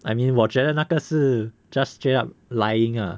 I mean 我觉得那个是 just straight up lying ah